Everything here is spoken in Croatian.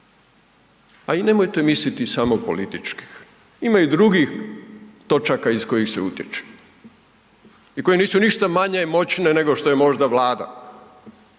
ali nemojte misliti samo iz političkih, ima i drugih točaka iz kojih se utječe i koje nisu ništa manje moćne nego što možda Vlada.